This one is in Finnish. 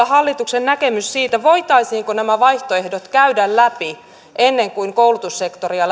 hallituksen näkemys siitä voitaisiinko nämä vaihtoehdot käydä läpi ennen kuin koulutussektoria